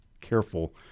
careful